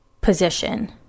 position